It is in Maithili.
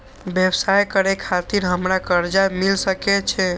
व्यवसाय करे खातिर हमरा कर्जा मिल सके छे?